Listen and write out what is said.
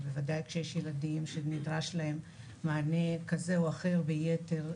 בוודאי כשיש ילדים שנדרש להם מענה כזה או אחר ביתר,